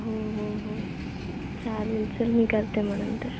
हो हो हो चालेल चल मी करते मग नंतर